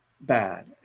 bad